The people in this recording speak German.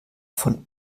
von